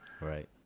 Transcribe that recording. Right